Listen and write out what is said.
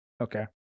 Okay